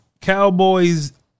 Cowboys